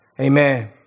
Amen